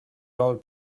dollar